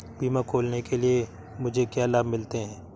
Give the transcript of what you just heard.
बीमा खोलने के लिए मुझे क्या लाभ मिलते हैं?